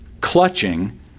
clutching